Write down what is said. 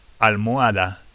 Almohada